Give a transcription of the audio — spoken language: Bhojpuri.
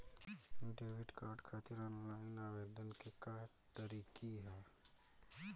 डेबिट कार्ड खातिर आन लाइन आवेदन के का तरीकि ह?